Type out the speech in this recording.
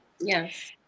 Yes